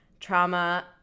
trauma